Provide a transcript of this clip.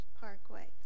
Parkway